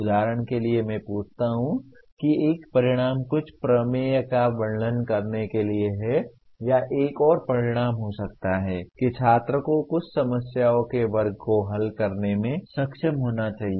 उदाहरण के लिए मैं पूछता हूं कि एक परिणाम कुछ प्रमेय का वर्णन करने के लिए है या एक और परिणाम हो सकता है कि छात्र को कुछ समस्याओं के वर्ग को हल करने में सक्षम होना चाहिए